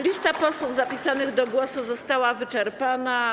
Lista posłów zapisanych do głosu została wyczerpana.